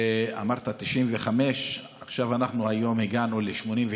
אמרת 95. עכשיו, היום, הגענו ל-88.